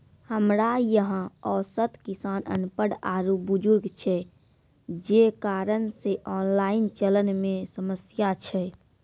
हमरा यहाँ औसत किसान अनपढ़ आरु बुजुर्ग छै जे कारण से ऑनलाइन चलन मे समस्या छै?